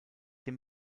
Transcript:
dem